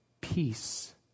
peace